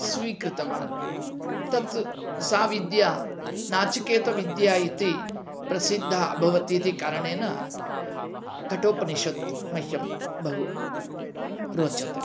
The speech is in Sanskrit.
स्वीकृतवान् तत् सा विद्या नाचिकेतविद्या इति प्रसिद्धा अभवत् इति कारणेन कठोपनिषत् मह्यं बहु रोचते